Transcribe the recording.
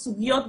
בסוגיות,